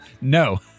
No